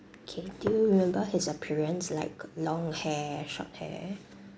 okay do you remember his appearance like long hair or short hair